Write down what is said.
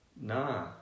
Nah